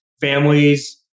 families